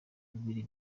bubiri